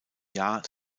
jahr